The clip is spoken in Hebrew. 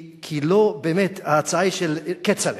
ההצעה היא של כצל'ה,